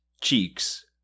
Cheeks